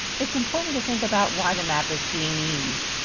it's important to think about why the map is being used.